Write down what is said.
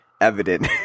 evident